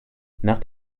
nach